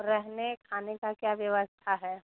रहने खाने की क्या व्यवस्था है